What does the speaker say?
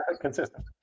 consistent